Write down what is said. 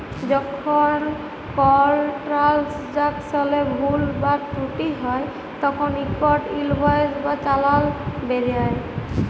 যখল কল ট্রালযাকশলে ভুল বা ত্রুটি হ্যয় তখল ইকট ইলভয়েস বা চালাল বেরাই